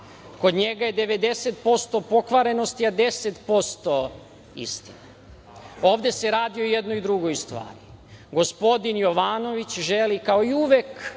Kod njega je 90% pokvarenosti, a 10% istine. Ovde se radi o jednoj drugoj stvari. Gospodin Jovanović želi kao i uvek